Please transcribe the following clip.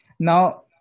Now